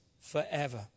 forever